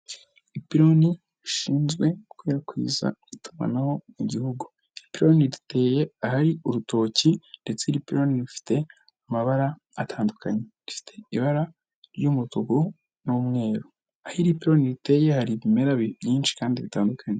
Ipiinloni rishinzwe gukwirakwiza itumanaho mu gihugu, ipironi iteye ahari urutoki ndetse, iri pironi rufite amabara atandukanye rifite ibara ry'umutuku n'umweru, aho iri pironi iteye hari ibimerara byinshi kandi bitandukanye.